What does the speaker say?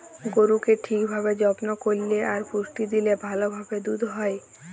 গরুকে ঠিক ভাবে যত্ন করল্যে আর পুষ্টি দিলে ভাল ভাবে দুধ হ্যয়